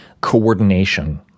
coordination